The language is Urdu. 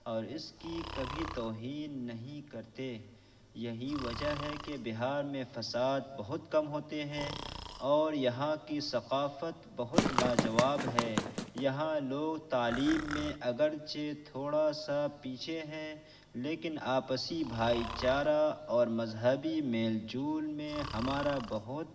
اور اس کی کبھی توہین نہیں کرتے یہی وجہ ہے کہ بہار میں فساد بہت کم ہوتے ہیں اور یہاں کی ثقافت بہت لاجواب ہے یہاں لوگ تعلیم میں اگرچہ تھوڑا سا پیچھے ہیں لیکن آپسی بھائی چارہ اور مذہبی میل جول میں ہمارا بہت